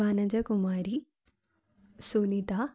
Vanajakumari Sunitha